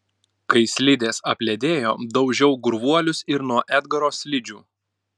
kai slidės apledėjo daužiau gurvuolius ir nuo edgaro slidžių